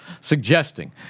suggesting